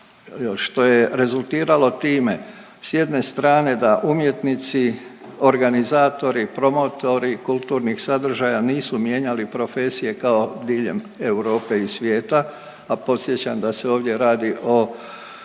što je rezultiralo time, s jedne strane da umjetnici, organizatori, promotori kulturnih sadržaja nisu mijenjali profesije kao diljem Europe i svijeta, a podsjećam da se ovdje radi o